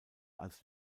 als